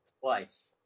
twice